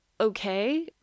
okay